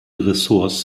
ressorts